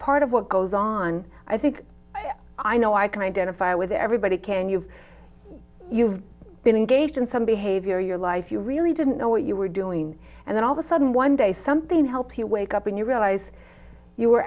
part of what goes on i think i know i can identify with everybody can you you've been engaged in some behavior your life you really didn't know what you were doing and then all the sudden one day something help you wake up and you realize you were